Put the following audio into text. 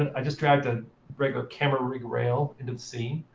and i just dragged a regular camera rig rail into the scene.